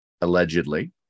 allegedly